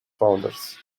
founders